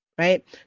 Right